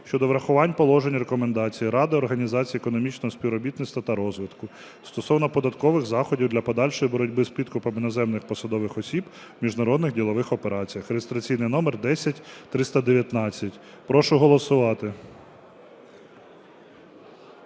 щодо врахування положень Рекомендацій Ради Організації економічного співробітництва та розвитку стосовно податкових заходів для подальшої боротьби з підкупом іноземних посадових осіб у міжнародних ділових операціях (реєстраційний номер 10319). Прошу голосувати.